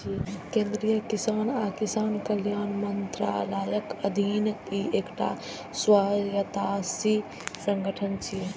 केंद्रीय कृषि आ किसान कल्याण मंत्रालयक अधीन ई एकटा स्वायत्तशासी संगठन छियै